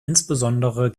insbesondere